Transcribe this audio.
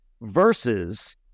versus